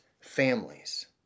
families